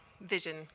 vision